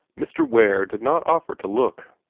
mr. ware did not offer to look.